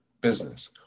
business